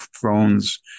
Thrones